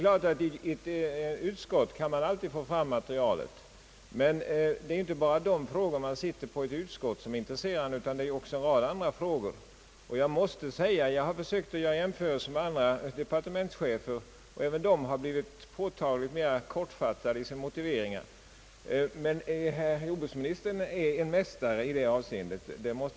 I ett utskott kan man naturligtvis alltid få fram erforderligt material, men det är ju inte bara de frågor man är med om att behandla i utskott som intresserar en, utan det gör också en rad andra frågor. Även andra departementschefer har blivit påtagligt mer kortfattade i sina motiveringar, men jordbruksministern är mästare i det avseendet.